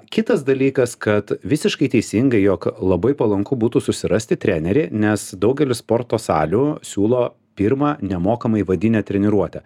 kitas dalykas kad visiškai teisingai jog labai palanku būtų susirasti trenerį nes daugelis sporto salių siūlo pirmą nemokamą įvadinę treniruotę